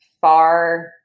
far